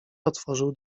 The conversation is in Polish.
otworzył